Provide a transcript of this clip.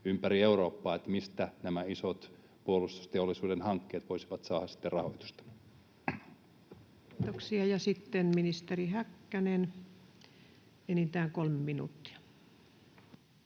ympäri Eurooppaa, että mistä nämä isot puolustusteollisuuden hankkeet voisivat sitten saada rahoitusta. Kiitoksia. — Ja sitten ministeri Häkkänen, enintään kolme minuuttia.